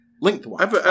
Lengthwise